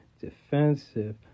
defensive